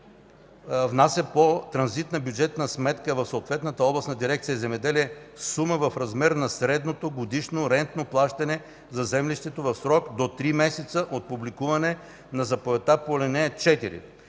внася по транзитна бюджетна сметка в съответната областна дирекция „Земеделие” сума в размер на средното годишно рентно плащане за землището в срок до три месеца от публикуване на заповедта по ал. 4.